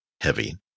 Heavy